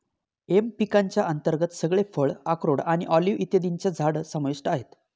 M पिकांच्या अंतर्गत सगळे फळ, अक्रोड आणि ऑलिव्ह इत्यादींची झाडं समाविष्ट आहेत